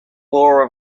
law